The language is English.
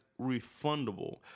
refundable